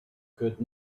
could